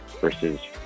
Versus